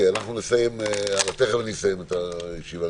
תכף נסיים את הישיבה.